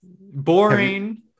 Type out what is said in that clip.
boring